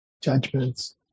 judgments